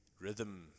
rhythm